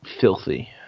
filthy